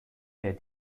der